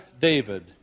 David